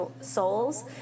souls